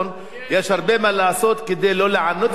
יש הרבה מה לעשות כדי לא לענות את הסוסים,